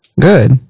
Good